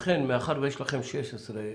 מאחר שיש לכם 16,